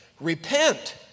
repent